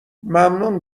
ممنون